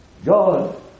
God